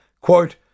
quote